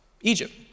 Egypt